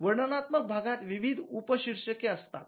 वर्णनात्मक भागात विविध उपशीर्षके असतात